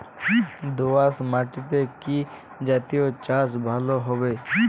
দোয়াশ মাটিতে কি জাতীয় চাষ ভালো হবে?